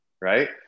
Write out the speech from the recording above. right